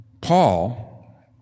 Paul